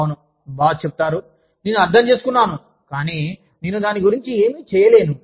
అవును బాస్ చెప్తారు నేను అర్థం చేసుకున్నాను కానీ నేను దాని గురించి ఏమీ చేయలేను